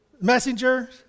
messenger